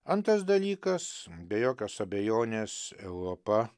antras dalykas be jokios abejonės europa